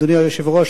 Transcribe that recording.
אדוני היושב-ראש,